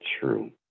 true